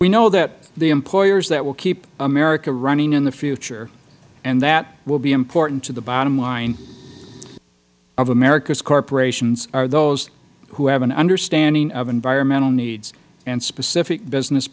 we know that the employers that will keep america running in the future and that will be important to the bottom line of america's corporations are those who have an understanding of environmental needs and specific business